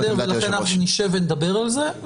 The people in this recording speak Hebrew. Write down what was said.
זה בסדר ולכן אנחנו נשב ונדבר על זה.